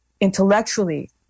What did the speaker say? intellectually